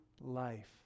life